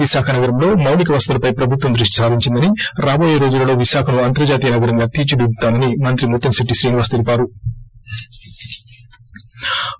విశాఖ నగరంలో మాలిక వసతులపై ప్రభుత్వం దృష్టి సారించిందని రాబోయే రోజులలో విశాఖను అంతర్జాతీయ నగరంగా తీర్పిదిద్గుతామని మంత్రి ముత్తంశెట్టి శ్రీనివాస్ తెలిపారు